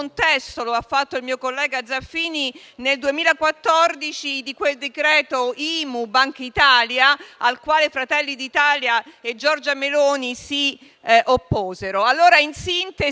dal mio collega Zaffini, del 2014, con quel decreto IMU-Bankitalia al quale Fratelli d'Italia e Giorgia Meloni si opposero. In sintesi,